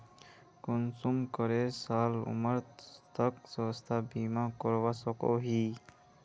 कुंसम करे साल उमर तक स्वास्थ्य बीमा करवा सकोहो ही?